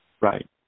Right